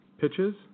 pitches